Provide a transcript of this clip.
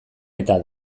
eta